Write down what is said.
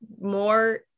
more